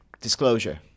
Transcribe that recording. Disclosure